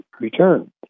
return